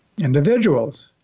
individuals